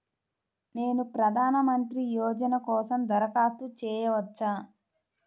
నేను ప్రధాన మంత్రి యోజన కోసం దరఖాస్తు చేయవచ్చా?